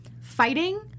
fighting